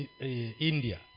India